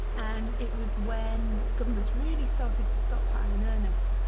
and it was when government really started to stockpile in earnest.